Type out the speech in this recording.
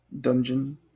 dungeon